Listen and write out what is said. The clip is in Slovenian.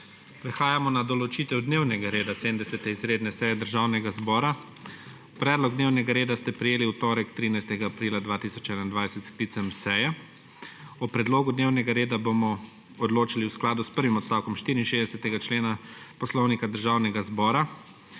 Prehajamo na določitev dnevnega reda 70. izredne seje Državnega zbora. Predlog dnevnega reda ste prejeli v torek, 13. aprila 2021, s sklicem seje. O predlogu dnevnega reda bomo odločali v skladu s prvim odstavkom 64. člena Poslovnika Državnega zbora.